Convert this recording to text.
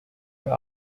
went